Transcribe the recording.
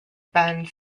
bend